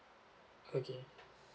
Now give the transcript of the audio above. okay